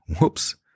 Whoops